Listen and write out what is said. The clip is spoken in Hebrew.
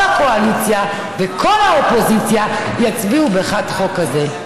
הקואליציה וכל האופוזיציה יצביעו בעד חוק כזה?